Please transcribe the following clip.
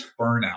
burnout